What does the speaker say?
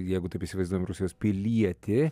jeigu taip įsivaizduojam rusijos pilietį